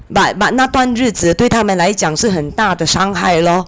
but but 那段日子对她们来讲是很大的伤害 lor